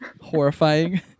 horrifying